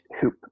hoop